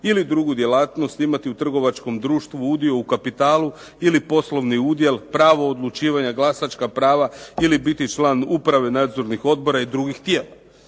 ili drugu djelatnost, imati u trgovačkom društvu udio u kapitalu ili poslovni udjel, pravo odlučivanja, glasačka prava ili biti član uprave nadzornih odbora i drugih tijela.